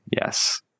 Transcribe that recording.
Yes